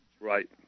Right